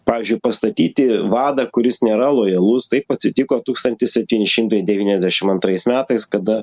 pavyzdžiui pastatyti vadą kuris nėra lojalus taip atsitiko tūkstantis septyni šimtai devyniasdešim antrais metais kada